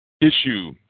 issue